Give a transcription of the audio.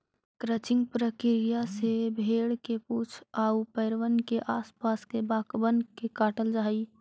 crutching प्रक्रिया से भेंड़ के पूछ आउ पैरबन के आस पास के बाकबन के काटल जा हई